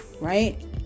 right